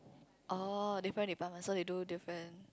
oh different department so they do different